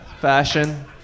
fashion